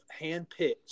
handpicked